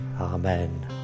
Amen